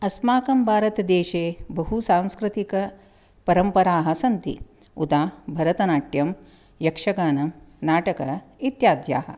अस्माकं भारतदेशे बहुसांस्कृतिकपरम्पराः सन्ति उदा भरतनाट्यं यक्षगानं नाटकं इत्याद्याः